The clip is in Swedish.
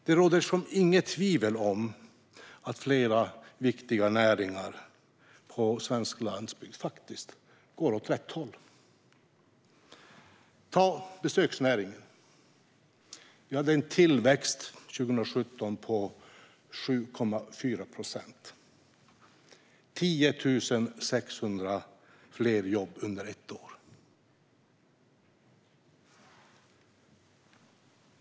Det råder inget tvivel om att flera viktiga näringar på svensk landsbygd går åt rätt håll. Ta besöksnäringen. Där hade vi under 2017 en tillväxt på 7,4 procent. Det blev 10 600 fler jobb under ett år.